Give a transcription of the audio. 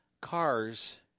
cars